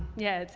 yeah,